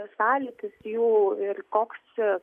sąlytis jų ir koks